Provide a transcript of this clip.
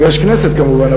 יש כנסת כמובן,